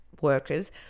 workers